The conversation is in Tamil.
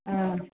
ம்